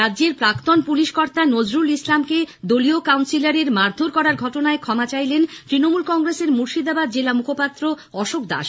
রাজ্যের প্রাক্তন পুলিশ কর্তা নজরুল ইসলামকে দলীয় কাউন্সিলরের মারধর করার ঘটনায় ক্ষমা চাইলেন তৃনমূল কংগ্রেসের মুর্শিদাবাদ জেলা মুখপাত্র অশোক দাস